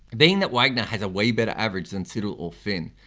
being that wagner has a way better average than siddle or finn,